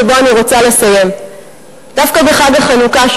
שבו אני רוצה לסיים דווקא בחג החנוכה,